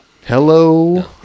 Hello